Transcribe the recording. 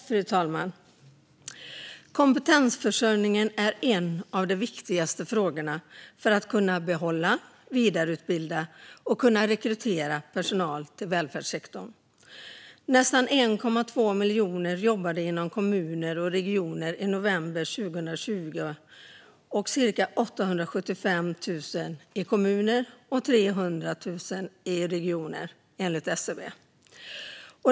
Fru talman! Kompetensförsörjningen är en av de viktigaste frågorna för att kunna behålla, vidareutbilda och rekrytera personal till välfärdssektorn. Nästan 1,2 miljoner jobbade inom kommuner och regioner i november 2020, varav cirka 875 000 i kommuner och 300 000 i regioner, enligt SCB.